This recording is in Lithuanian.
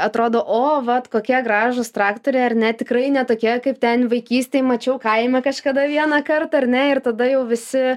atrodo o vat kokie gražūs traktoriai ar ne tikrai ne tokie kaip ten vaikystėj mačiau kaime kažkada vieną kart ar ne ir tada jau visi